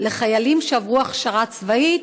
לחיילים שעברו הכשרה צבאית,